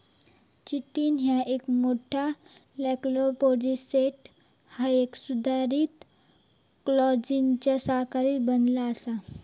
chitin ह्या एक मोठा, स्ट्रक्चरल पॉलिसेकेराइड हा जा सुधारित ग्लुकोजच्या साखळ्यांनी बनला आसा